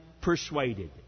persuaded